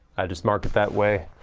i just mark it that way.